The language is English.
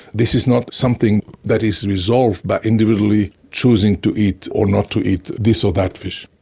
this is not something that is resolved by individually choosing to eat or not to eat this or that fish.